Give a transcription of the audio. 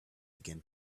began